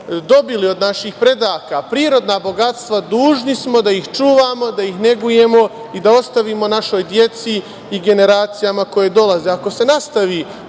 dobili od naših predaka, prirodna bogatstva, dužni smo da ih čuvamo, da ih negujemo i da ostavimo našoj deci i generacijama koje dolaze.